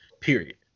Period